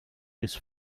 this